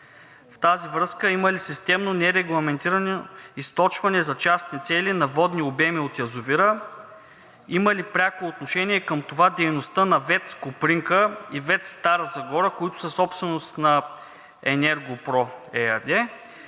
В тази връзка, има ли системно нерегламентирано източване за частни цели на водни обеми от язовира? Има ли пряко отношение към това дейността на ВЕЦ „Копринка“ и ВЕЦ „Стара Загора“, които са собственост на „Енерго про“ – ЕАД?